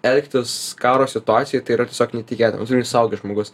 elgtis karo situacijoj tai yra tiesiog neįtikėtina suaugęs žmogus